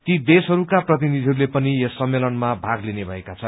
ती देशहरूका प्रतिनिधिहरूले पनि यस सम्मेलनमा भाग लिने भएका छन्